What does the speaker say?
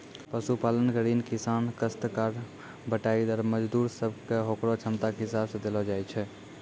पशुपालन के ऋण किसान, कास्तकार, बटाईदार, मजदूर सब कॅ होकरो क्षमता के हिसाब सॅ देलो जाय छै